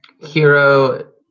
Hero